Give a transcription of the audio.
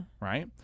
right